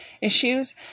issues